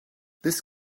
this